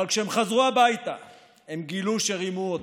אבל כשהם חזרו הביתה הם גילו שרימו אותם,